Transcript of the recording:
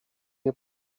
nie